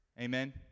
Amen